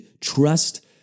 trust